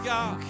God